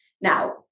now